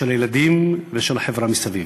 של הילדים ושל החברה מסביב.